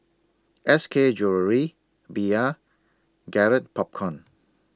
S K A Jewellery Bia Garrett Popcorn